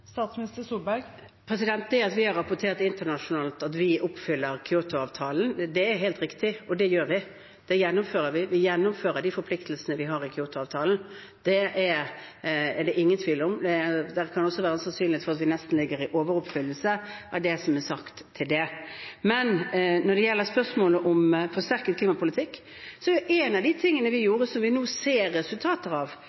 Det at vi har rapportert internasjonalt at vi oppfyller Kyoto-avtalen, er helt riktig. Det gjør vi, og det gjennomfører vi. Vi gjennomfører de forpliktelsene vi har i Kyoto-avtalen, det er det ingen tvil om. Det kan også være en sannsynlighet for at vi nesten ligger i overoppfyllelse av det. Men når det gjelder spørsmålet om en forsterket klimapolitikk, er en av de tingene vi